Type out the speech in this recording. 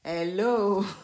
Hello